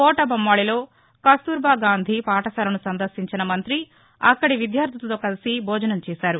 కోటబొమ్మాళిలో కస్తూరిబా గాంధీ పాఠశాలను సందర్భించిన మంతి అక్కడి విద్యార్దులతో కలసి భోజనం చేశారు